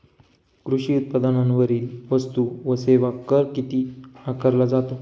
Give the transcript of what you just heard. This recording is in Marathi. कृषी उत्पादनांवरील वस्तू व सेवा कर किती आकारला जातो?